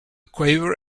quaver